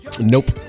Nope